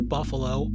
Buffalo